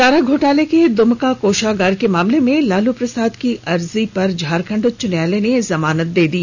चारा घोटाले के दुमका कोषागार के मामले में लालू प्रसाद की अर्जी पर झारखंड उच्च न्यायालय ने जमानत दे दी